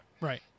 Right